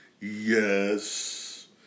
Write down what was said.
Yes